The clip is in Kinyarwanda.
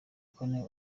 kane